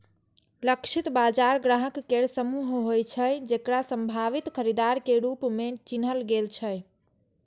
लक्षित बाजार ग्राहक केर समूह होइ छै, जेकरा संभावित खरीदार के रूप मे चिन्हल गेल छै